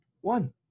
one